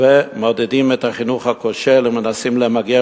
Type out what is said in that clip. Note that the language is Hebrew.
ומעודדים את החינוך הכושל ומנסים למגר